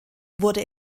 wurde